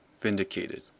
Vindicated